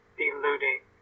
deluding